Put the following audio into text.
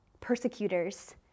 persecutors